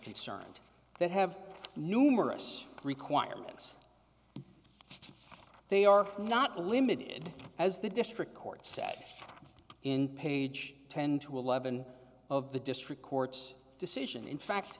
concerned that have numerous requirements they are not limited as the district court said in page ten to eleven of the district court's decision in fact